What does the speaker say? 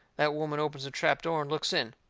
that woman opens the trap door and looks in.